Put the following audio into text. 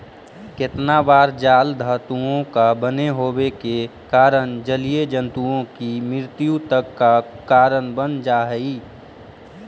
केतना बार जाल धातुओं का बने होवे के कारण जलीय जन्तुओं की मृत्यु तक का कारण बन जा हई